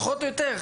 פחות או יותר,